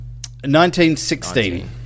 1916